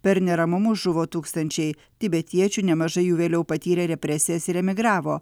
per neramumus žuvo tūkstančiai tibetiečių nemažai jų vėliau patyrė represijas ir emigravo